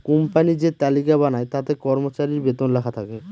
company যে তালিকা বানায় তাতে কর্মচারীর বেতন লেখা থাকে